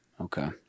Okay